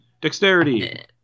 Dexterity